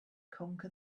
conquer